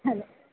hello